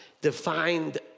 defined